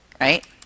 right